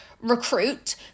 Recruit